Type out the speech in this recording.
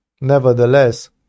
Nevertheless